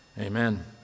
Amen